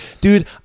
Dude